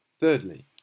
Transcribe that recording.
Thirdly